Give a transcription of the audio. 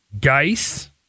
Geis